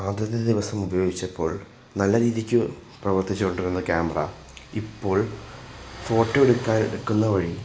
ആദ്യത്തെ ദിവസം ഉപയോഗിച്ചപ്പോൾ നല്ല രീതിക്ക് പ്രവർത്തിച്ച് കൊണ്ടിരുന്ന ക്യാമറ ഇപ്പോൾ ഫോട്ടോ എടുക്കാൻ എടുക്കുന്ന വഴി